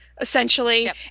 essentially